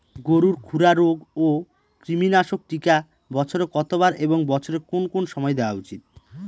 গরুর খুরা রোগ ও কৃমিনাশক টিকা বছরে কতবার এবং বছরের কোন কোন সময় দেওয়া উচিৎ?